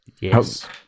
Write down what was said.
Yes